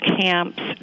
camps